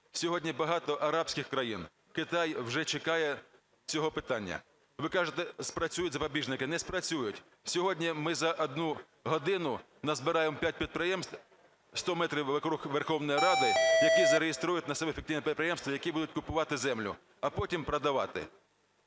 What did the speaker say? Сьогодні багато арабських країн, Китай вже чекає цього питання. Ви кажете: "Спрацюють запобіжники". Не спрацюють. Сьогодні ми за 1 годину назбираємо 5 підприємств, 100 метрів вокруг Верховної Ради, які зареєструють на себе фіктивні підприємства, які будуть купувати землю, а потім продавати.